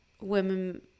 women